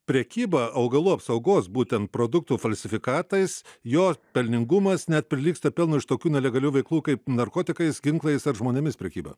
prekyba augalų apsaugos būtent produktų falsifikatais jo pelningumas net prilygsta pelnui iš tokių nelegalių veiklų kaip narkotikais ginklais ar žmonėmis prekyba